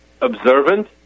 observant